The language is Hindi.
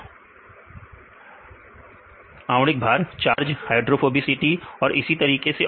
विद्यार्थी आणविक भार आकार इसलिए आणविक भार विद्यार्थी चार्ज चार्ज हाइड्रोफोबिसिटी और इसी तरीके से और भी